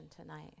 tonight